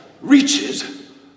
reaches